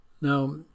Now